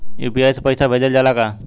UPI से पईसा भेजल जाला का?